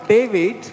David